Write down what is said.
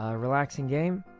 ah relaxing game